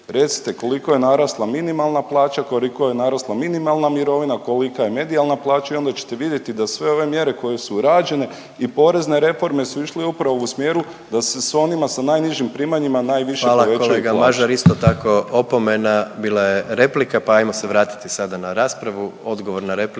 recite, koliko je narasla minimalna plaća, koliko je narasla minimalna mirovina, kolika je medijalna plaća i onda ćete vidjeti da sve ove mjere koje su rađene i porezne reforme su išle upravo u smjeru da se svim onima sa najnižim primanjima najviše povećaju plaće. **Jandroković, Gordan (HDZ)** Hvala kolega Mažar, isto tako, opomena, bila je replika pa ajmo se vratiti sada na raspravu.